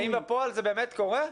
האם בפועל זה באמת קורה?